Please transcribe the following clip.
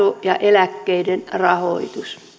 ja eläkkeiden rahoitus